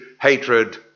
hatred